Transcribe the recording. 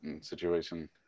situation